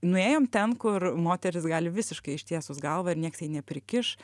nuėjom ten kur moterys gali visiškai ištiesus galvą ir niekas neprikiš